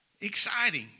Exciting